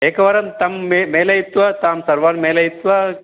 एकवारं तं मे मेलयित्वा तान् सर्वान् मेलयित्वा